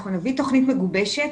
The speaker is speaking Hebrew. נביא תוכנית מגובשת